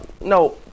no